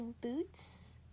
boots